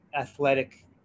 athletic